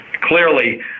clearly